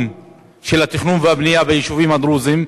של התכנון והבנייה ביישובים הדרוזיים,